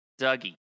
Dougie